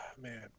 Man